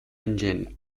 engine